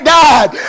died